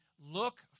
look